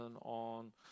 on